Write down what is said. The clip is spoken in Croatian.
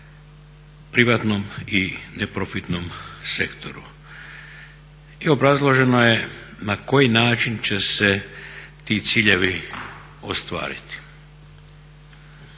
privatnom i neprofitnom sektoru. I obrazloženo je na koji način će se ti ciljevi ostvariti.